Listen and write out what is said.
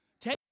Take